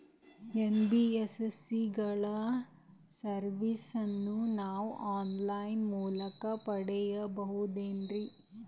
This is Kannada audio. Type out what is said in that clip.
ಎನ್.ಬಿ.ಎಸ್.ಸಿ ಗಳ ಸರ್ವಿಸನ್ನ ನಾವು ಆನ್ ಲೈನ್ ಮೂಲಕ ಪಡೆಯಬಹುದೇನ್ರಿ?